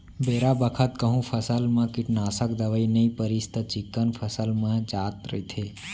बेरा बखत कहूँ फसल म कीटनासक दवई नइ परिस त चिक्कन फसल मन ह जात रइथे